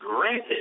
granted